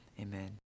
amen